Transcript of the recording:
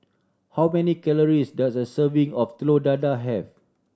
how many calories does a serving of Telur Dadah have